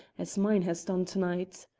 as mine has done to-night.